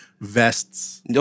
vests